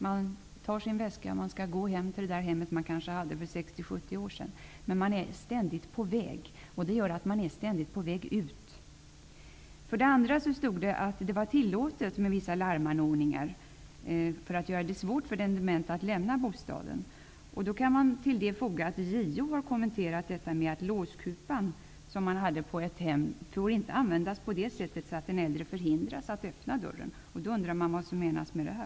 Man tar sin väska, och man skall gå till det hem som man kanske hade för 60--70 år sedan. Man är ständigt på väg ut. Vidare står där att det är tillåtet med vissa larmanordningar för att göra det svårt för den demente att lämna bostaden. JO har kommenterat användningen av en låskåpa och sagt att den inte får användas på ett sådant sätt att den äldre förhindras att öppna dörren. Då undrar jag vad som menas med det.